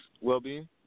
well-being